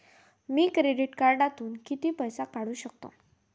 मी credit कार्डातून किती पैसे काढू शकतो?